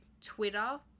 twitter